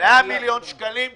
מיליון שקלים תוספת.